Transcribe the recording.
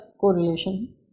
correlation